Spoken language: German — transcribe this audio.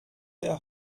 der